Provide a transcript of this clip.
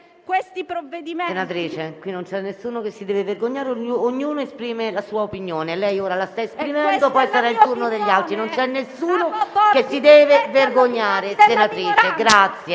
questi provvedimenti... PRESIDENTE. Senatrice, qui non c'è nessuno che si deve vergognare. Ognuno esprime la sua opinione. Lei ora la sta esprimendo, e poi sarà il turno degli altri. Non c'è nessuno che si deve vergognare, senatrice.